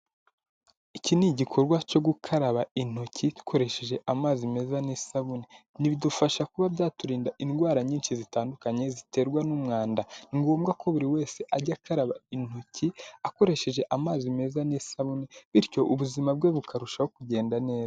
Iki ni igikorwa cyo gukaraba intoki dukoresheje amazi meza n'isabune, ibi bidufasha kuba byaturinda indwara nyinshi zitandukanye ziterwa n'umwanda, ni ngombwa ko buri wese ajya akaraba intoki akoresheje amazi meza n'isabune, bityo ubuzima bwe bukarushaho kugenda neza.